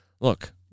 look